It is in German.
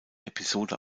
episode